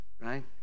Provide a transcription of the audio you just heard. right